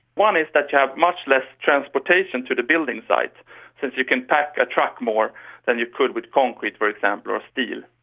one is that you have much less transportation to the building site since you can pack a truck more than you could with concrete, for example, or steel.